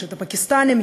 יש הפקיסטנים,